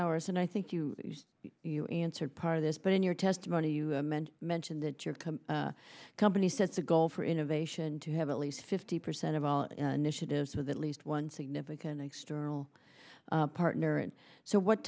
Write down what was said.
sours and i think you you answered part of this but in your testimony you meant mentioned that you're come company says the goal for innovation to have at least fifty percent of all initiatives so that least one significant external partner and so what